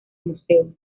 museo